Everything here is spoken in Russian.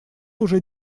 уже